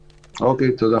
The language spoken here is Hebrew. אוקיי, תודה.